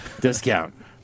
discount